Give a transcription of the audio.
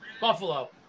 Buffalo